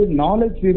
knowledge